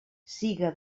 siga